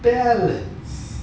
balance